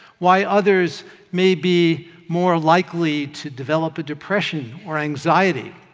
why others may be more likely to develop a depression or anxiety.